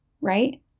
right